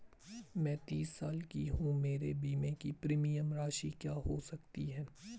मैं तीस साल की हूँ मेरे बीमे की प्रीमियम राशि क्या हो सकती है?